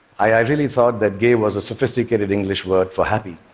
i really thought that gay was a sophisticated english word for happy.